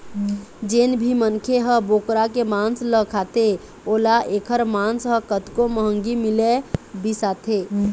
जेन भी मनखे ह बोकरा के मांस ल खाथे ओला एखर मांस ह कतको महंगी मिलय बिसाथे